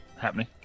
happening